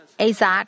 Isaac